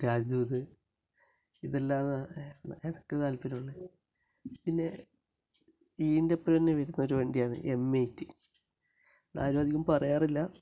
രാജദൂത് ഇത് അല്ലാതെ എനിക്ക് താൽപ്പര്യമുള്ള പിന്നെ ഇതിൻ്റെ ഒപ്പരം തന്നെ വരുന്ന ഒരു വണ്ടിയാണ് എംഐടി ഇതാരും അധികം പറയാറില്ല